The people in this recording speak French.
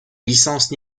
licences